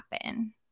happen